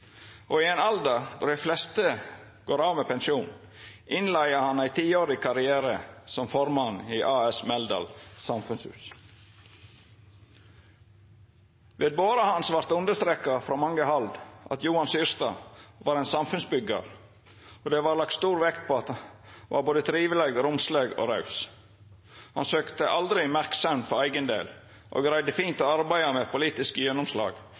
Og i ein alder då dei fleste går av med pensjon, innleia han ei tiårig karriere som formann i A/S Meldal Samfunnshus. Ved båra hans vart det understreka frå mange hald at Johan Syrstad var ein samfunnsbyggjar, og det var lagt stor vekt på at han var både triveleg, romsleg og raus. Han søkte aldri merksemd for eigen del og greidde fint å arbeida med politisk gjennomslag